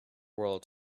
world